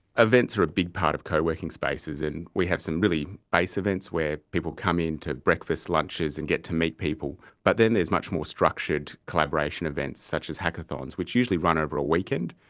events are a big part of co-working spaces, and we have some really ace events where people come in to breakfast, lunches, and get to meet people, but then there's much more structured collaboration events such as hackathons, which usually run over a weekend,